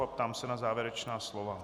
Ptám se na závěrečná slova.